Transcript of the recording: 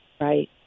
Right